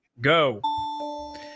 Go